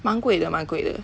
蛮贵的蛮贵的